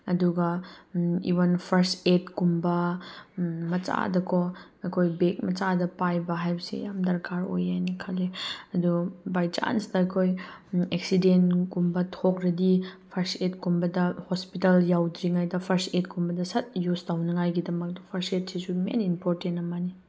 ꯑꯗꯨꯒ even first aid ꯀꯨꯝꯕ ꯃꯆꯥꯗꯀꯣ ꯑꯩꯈꯣꯏ ꯕꯦꯒ ꯃꯆꯥꯗ ꯄꯥꯏꯕ ꯍꯥꯏꯕꯁꯦ ꯌꯥꯝ ꯗꯔꯀꯥꯔ ꯑꯣꯏ ꯍꯥꯏꯅ ꯈꯜꯂꯦ ꯑꯗꯣ ꯕꯥꯏ ꯆꯥꯟꯁ ꯑꯩꯈꯣꯏ ꯑꯦꯛꯁꯤꯗꯦꯟꯒꯨꯝꯕ ꯊꯣꯛꯂꯗꯤ ꯐꯥꯔꯁ ꯑꯦꯗ ꯀꯨꯝꯕꯗ ꯍꯣꯁꯄꯤꯇꯥꯜ ꯌꯧꯗ꯭ꯔꯤꯉꯩꯗ ꯐꯥꯔꯁ ꯑꯦꯗ ꯀꯨꯝꯕꯗ ꯁꯠ ꯌꯧꯁ ꯇꯧꯅꯤꯡꯉꯥꯏꯒꯤꯗꯃꯛꯇ ꯐꯥꯔꯁ ꯑꯦꯗꯁꯤꯁꯨ ꯃꯦꯟꯂꯤ ꯏꯝꯄꯣꯔꯇꯦꯟ ꯑꯃꯅꯤ